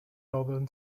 northern